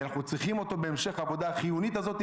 אנחנו צריכים אותו בהמשך העבודה החיונית הזאת.